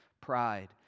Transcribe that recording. pride